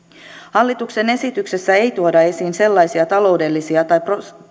hallituksen esityksessä ei tuoda esiin sellaisia taloudellisia tai